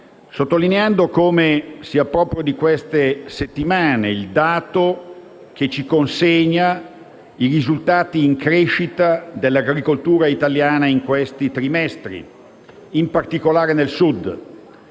sottolineando come sia proprio di queste settimane il dato che ci consegna i risultati in crescita dell'agricoltura italiana in questi trimestri, in particolare nel Sud.